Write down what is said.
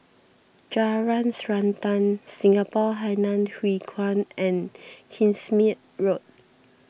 Jalan Srantan Singapore Hainan Hwee Kuan and Kingsmead Road